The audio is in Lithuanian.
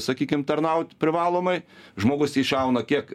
sakykim tarnaut privalomai žmogus iššauna kiek